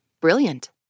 Brilliant